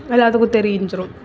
எல்லாத்துக்கும் தெரிஞ்சுடும்